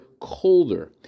colder